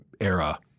era